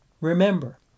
Remember